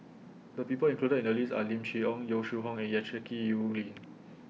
The People included in The list Are Lim Chee Onn Yong Shu Hoong and Jackie Yi Ru Ying